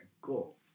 Cool